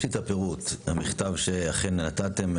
יש לי את הפירוט המכתב שאכן נתתם,